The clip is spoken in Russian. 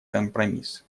компромисс